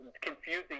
confusing